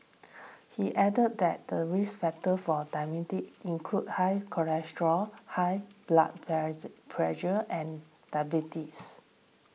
he added that the risk factors for include high cholesterol high blood pressure and diabetes